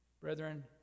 Brethren